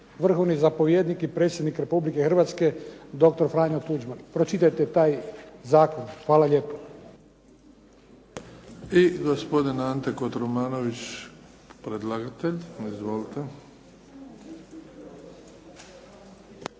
vrhovni zapovjednik i predsjednik Republike Hrvatske, doktor Franjo Tuđman. Pročitajte taj zakon. Hvala lijepa. **Bebić, Luka (HDZ)** I gospodin Ante Kotromanović, predlagatelj. Izvolite.